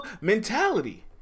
mentality